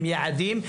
עם יעדים.